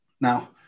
Now